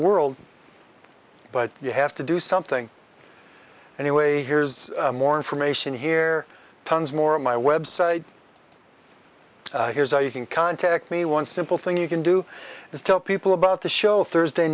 world but you have to do something anyway here's more information here tons more on my website here's how you can contact me one simple thing you can do is tell people about the show thursday